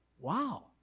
wow